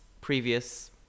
previous